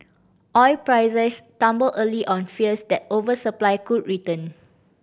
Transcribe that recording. oil prices tumbled early on fears that oversupply could return